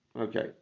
okay